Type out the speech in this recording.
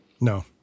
No